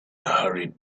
hurried